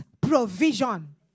provision